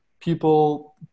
people